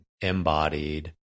embodied